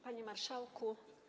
Panie Marszałku!